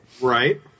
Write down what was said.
right